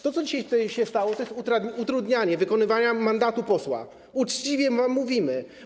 To, co dzisiaj tutaj się stało, to jest utrudnianie wykonywania mandatu posła, uczciwie mówimy.